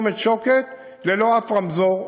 צומת שוקת, ללא אף רמזור.